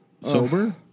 Sober